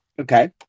Okay